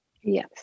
Yes